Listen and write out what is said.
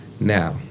Now